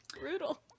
Brutal